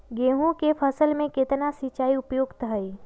गेंहू के फसल में केतना सिंचाई उपयुक्त हाइ?